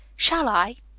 shall i?